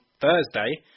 Thursday